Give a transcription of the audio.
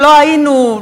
ולא היינו,